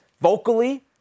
vocally